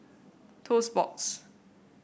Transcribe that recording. Toast Box